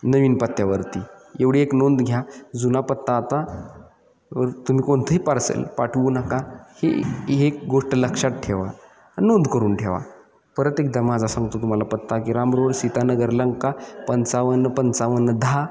नवीन पत्त्यावरती एवढी एक नोंद घ्या जुना पत्ता आता तुम्ही कोणतंही पार्सल पाठवू नका ही एक गोष्ट लक्षात ठेवा नोंद करून ठेवा परत एकदा माझा सांगतो तुम्हाला पत्ता की रामरोड सीतानगर लंका पंचावन्न पंचावन्न दहा